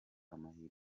amahirwe